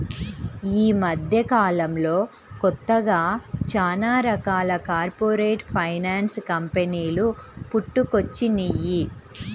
యీ మద్దెకాలంలో కొత్తగా చానా రకాల కార్పొరేట్ ఫైనాన్స్ కంపెనీలు పుట్టుకొచ్చినియ్యి